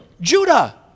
Judah